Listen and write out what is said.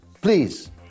please